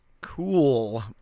Cool